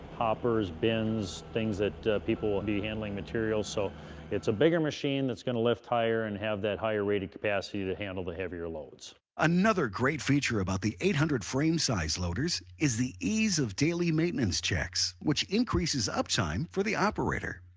hoppers, bins, things that people will be handling materials. so it's a bigger machine that's going to lift higher and have that higher rated capacity to handle the heavier loads. another great feature about the eight hundred frame size loaders is the ease of daily maintenance checks, which increases uptime for the operator.